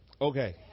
okay